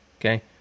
Okay